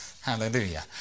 Hallelujah